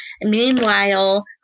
Meanwhile